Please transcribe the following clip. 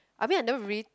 I mean I never read